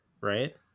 Right